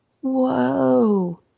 Whoa